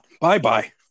bye-bye